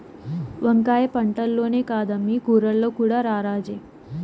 వంకాయ పంటల్లోనే కాదమ్మీ కూరల్లో కూడా రారాజే